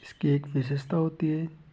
इसकी एक विशेषता होती है